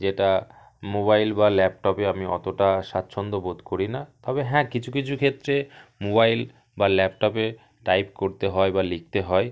যেটা মোবাইল বা ল্যাপটপে আমি অতোটা স্বাচ্ছন্দ্য বোধ করি না তবে হ্যাঁ কিছু কিছু ক্ষেত্রে মোবাইল বা ল্যাপটপে টাইপ করতে হয় বা লিখতে হয়